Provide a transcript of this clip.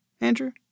Andrew